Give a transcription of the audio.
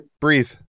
breathe